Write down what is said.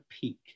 peak